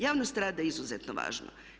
Javnost rada je izuzetno važna.